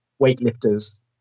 weightlifters